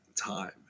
time